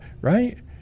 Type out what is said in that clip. right